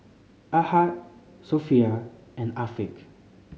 Ahad Sofea and Afiq